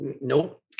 Nope